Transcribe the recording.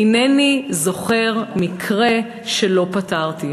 אינני זוכר מקרה שלא פתרתי.